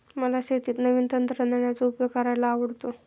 मला शेतीत नवीन तंत्रज्ञानाचा उपयोग करायला आवडतो